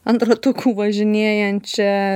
ant ratukų važinėjančią